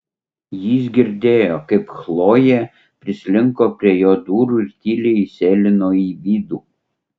jis girdėjo kaip chlojė prislinko prie jo durų ir tyliai įsėlino į vidų